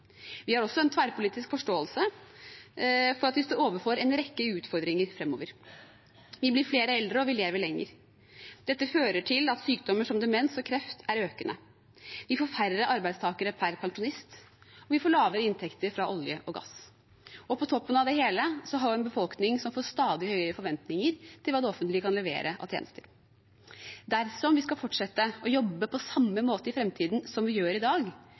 Vi har også en tverrpolitisk forståelse for at vi står overfor en rekke utfordringer framover. Vi blir flere eldre, og vi lever lenger. Dette fører til at sykdommer som demens og kreft er økende. Vi får færre arbeidstakere per pensjonist, og vi får lavere inntekter fra olje og gass. På toppen av det hele har vi en befolkning som får stadig høyere forventninger til hva det offentlige kan levere av tjenester. Dersom vi skal fortsette å jobbe på samme måte i framtiden som vi gjør i dag,